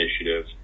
initiative